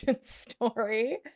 story